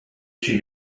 she